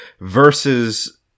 versus